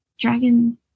dragon